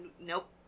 nope